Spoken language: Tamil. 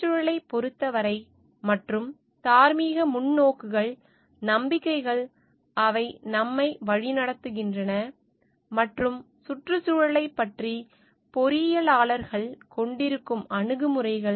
சுற்றுச்சூழலைப் பொறுத்தவரை மற்றும் தார்மீக முன்னோக்குகள் நம்பிக்கைகள் அவை நம்மை வழிநடத்துகின்றன மற்றும் சுற்றுச்சூழலைப் பற்றி பொறியியலாளர்கள் கொண்டிருக்கும் அணுகுமுறைகள்